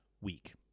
week